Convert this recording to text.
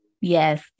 Yes